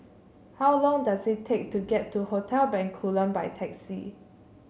how long does it take to get to Hotel Bencoolen by taxi